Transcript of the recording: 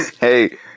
Hey